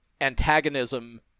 antagonism